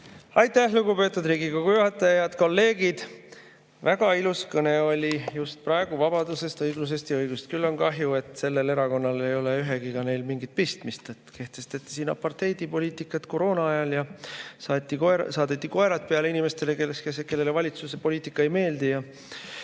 kulu. Aitäh, lugupeetud Riigikogu juhataja! Head kolleegid! Väga ilus kõne oli just praegu vabadusest, õiglusest ja õigusest. Küll on kahju, et sellel erakonnal ei ole ühegagi neist mingit pistmist. Kehtestati siin apartheidipoliitika koroonaajal, saadeti koerad peale inimestele, kellele valitsuse poliitika ei meeldi, ja